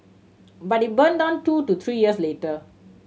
but it burned down two to three years later